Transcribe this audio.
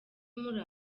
muri